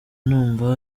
numva